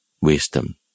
wisdom